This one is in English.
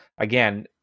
Again